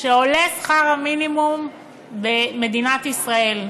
שעולה שכר המינימום במדינת ישראל.